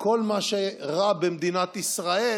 לכל מה שרע במדינת ישראל